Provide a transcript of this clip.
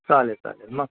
चालेल चालेल मग